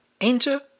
Enter